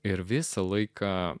ir visą laiką